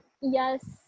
yes